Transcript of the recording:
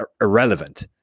irrelevant